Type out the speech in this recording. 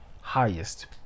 highest